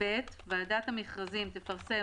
"(ב)ועדת המכרזים תפרסם,